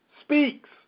speaks